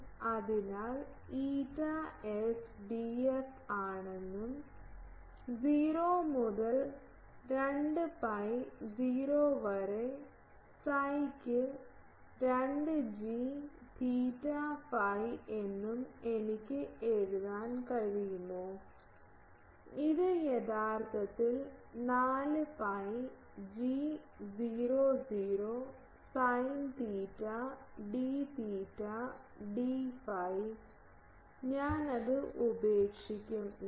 അതിനാൽ ηS Df ആണെന്നും 0 മുതൽ 2 pi 0 വരെ psi യ്ക്ക് 2 g എന്നും എനിക്ക് എഴുതാൻ കഴിയുമോ ഇത് യഥാർത്ഥത്തിൽ 4 pi g 00 sine theta d theta d phi ഞാൻ അത് ഉപേക്ഷിക്കും ഇവിടെ